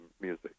music